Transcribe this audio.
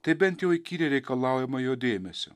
tai bent jau įkyriai reikalaujama jo dėmesio